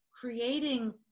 creating